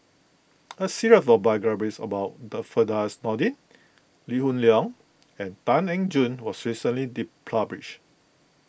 a series of biographies about Firdaus Nordin Lee Hoon Leong and Tan Eng Joo was recently be published